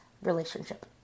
relationship